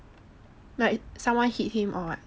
like someone hit him or what